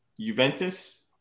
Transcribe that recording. Juventus